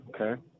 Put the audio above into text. Okay